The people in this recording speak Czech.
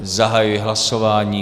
Zahajuji hlasování.